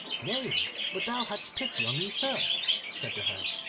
nay, but thou hadst pity on me first said the hare,